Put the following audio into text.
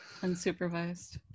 Unsupervised